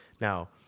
Now